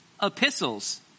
epistles